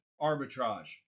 arbitrage